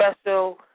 special